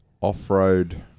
off-road